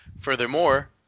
Furthermore